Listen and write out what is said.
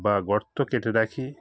বা গর্ত কেটে রাখি